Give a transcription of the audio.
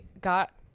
got